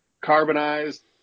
carbonized